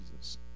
Jesus